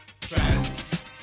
Trans